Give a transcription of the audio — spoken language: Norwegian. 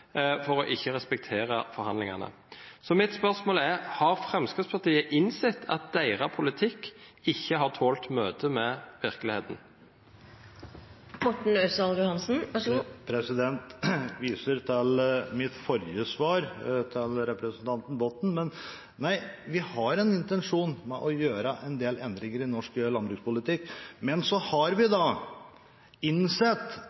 SV for ikkje å respektera forhandlingane. Mitt spørsmål er: Har Framstegspartiet innsett at deira politikk ikkje har tolt møtet med verkelegheita? Jeg viser til mitt forrige svar, som var til representanten Botten. Vi har en intensjon om å gjøre en del endringer i norsk landbrukspolitikk, men vi har innsett at Fremskrittspartiet ikke er i flertall alene i denne salen, og det må vi